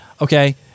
okay